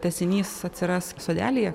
tęsinys atsiras sodelyje